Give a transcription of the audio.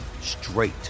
straight